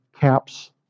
caps